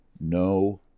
no